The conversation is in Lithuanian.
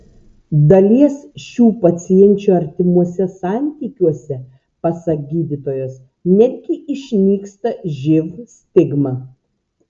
dalies šių pacienčių artimuose santykiuose pasak gydytojos netgi išnyksta živ stigma